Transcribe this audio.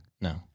No